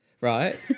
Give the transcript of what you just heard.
right